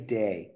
day